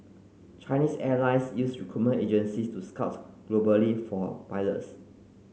Chinese Airlines use recruitment agencies to scout globally for pilots